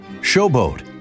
Showboat